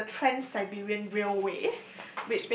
I took the Trans Siberian Railway